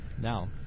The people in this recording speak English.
Now